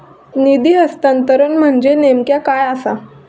निधी हस्तांतरण म्हणजे नेमक्या काय आसा?